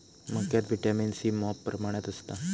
मक्यात vitamin C मॉप प्रमाणात असता